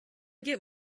get